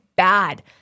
Bad